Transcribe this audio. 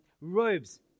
robes